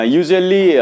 usually